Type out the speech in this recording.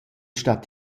stat